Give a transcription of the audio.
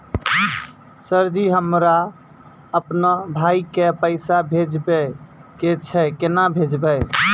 Sir ji हमरा अपनो भाई के पैसा भेजबे के छै, केना भेजबे?